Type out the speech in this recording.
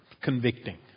convicting